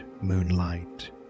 moonlight